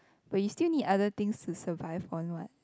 but you still need other things to survive one [what]